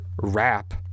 rap